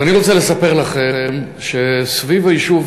אז אני רוצה לספר לכם שסביב היישוב